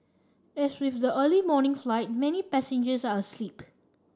as with the early morning flight many passengers are asleep